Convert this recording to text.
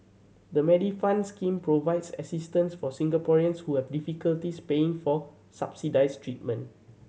the Medifund scheme provides assistance for Singaporeans who have difficulties paying for subsidized treatment